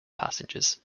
passengers